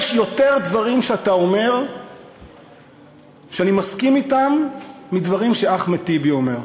יש יותר דברים שאתה אומר שאני מסכים אתם מדברים שאחמד טיבי אומר,